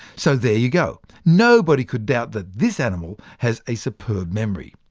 so there you go. nobody could doubt that this animal has a superb memory.